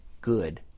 good